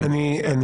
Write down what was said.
אם אני מכיר